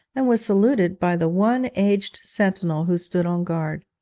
and was saluted by the one aged sentinel who stood on guard.